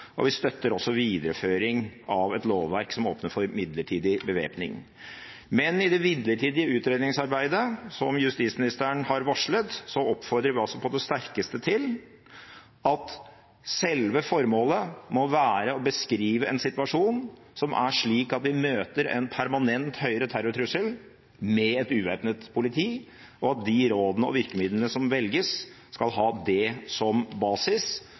og vi støtter også videreføring av et lovverk som åpner for midlertidig bevæpning. Men i det videre utredningsarbeidet som justisministeren har varslet, oppfordrer vi altså på det sterkeste til at selve formålet må være å beskrive en situasjon som er slik at vi møter en permanent høyere terrortrussel med et ubevæpnet politi, og at de rådene og virkemidlene som velges, skal ha det som basis,